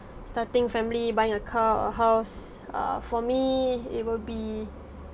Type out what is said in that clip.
starting family buying a car a house err for me it will be